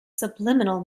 subliminal